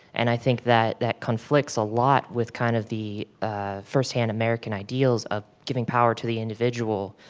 and i think that that conflicts a lot with kind of the ah first-hand american ideals of giving power to the individual,